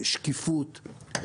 שקיפות,